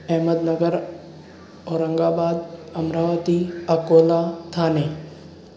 Ahmednagar Aurangabad Amravati Akola Thane